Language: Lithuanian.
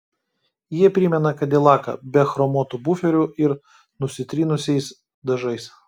ji primena kadilaką be chromuotų buferių ir nusitrynusiais dažais